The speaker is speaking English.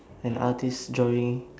an artist drawing